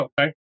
okay